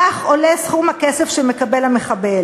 כך עולה סכום הכסף שהמחבל מקבל.